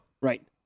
Right